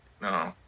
No